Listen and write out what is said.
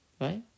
Right